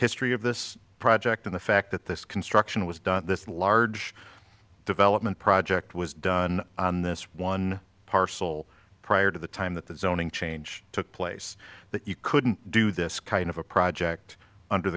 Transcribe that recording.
history of this project in the fact that this construction was done this large development project was done on this one parcel prior to the time that the zoning change took place that you couldn't do this kind of a project under